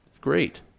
Great